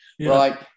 Right